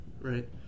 Right